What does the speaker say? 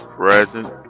present